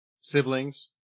siblings